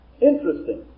interesting